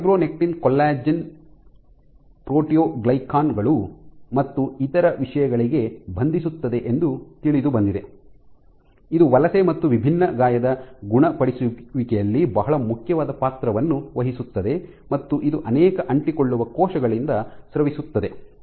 fibronectin collagen proteoglycan ಗಳು ಉಲ್ಲೇಖ ಸಮಯ 2422 ಮತ್ತು ಇತರ ವಿಷಯಗಳಿಗೆ ಬಂಧಿಸುತ್ತದೆ ಎಂದು ತಿಳಿದುಬಂದಿದೆ ಇದು ವಲಸೆ ಮತ್ತು ವಿಭಿನ್ನ ಗಾಯದ ಗುಣಪಡಿಸುವಿಕೆಯಲ್ಲಿ ಬಹಳ ಮುಖ್ಯವಾದ ಪಾತ್ರವನ್ನು ವಹಿಸುತ್ತದೆ ಮತ್ತು ಇದು ಅನೇಕ ಅಂಟಿಕೊಳ್ಳುವ ಕೋಶಗಳಿಂದ ಸ್ರವಿಸುತ್ತದೆ